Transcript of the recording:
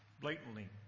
blatantly